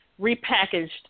repackaged